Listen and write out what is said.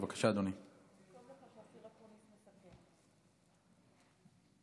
בבקשה, אדוני.